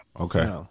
Okay